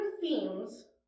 themes